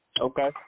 Okay